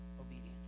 obedience